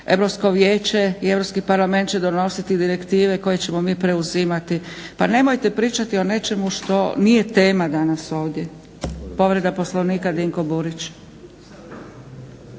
Europsko vijeće i Europski parlament će donositi direktive koje ćemo mi preuzimati. Pa nemojte pričati o nečemu što nije tema danas ovdje. Povreda poslovnika Dinko Burić.